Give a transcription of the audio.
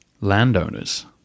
landowners